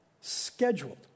scheduled